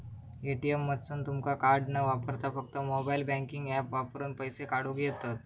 ATM मधसून तुमका card न वापरता फक्त मोबाईल बँकिंग ऍप वापरून पैसे काढूक येतंत